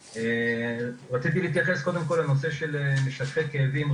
טוב, רציתי להתייחס קודם כל לנושא של משככי כאבים,